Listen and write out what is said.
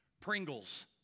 Pringles